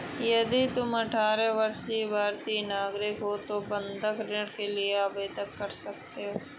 यदि तुम अठारह वर्षीय भारतीय नागरिक हो तो बंधक ऋण के लिए आवेदन कर सकते हो